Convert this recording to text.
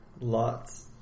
Lots